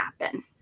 happen